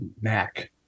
MAC